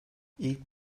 i̇lk